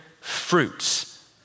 fruits